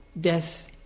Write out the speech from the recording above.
death